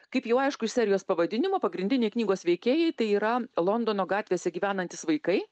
kaip jau aišku iš serijos pavadinimo pagrindiniai knygos veikėjai tai yra londono gatvėse gyvenantys vaikai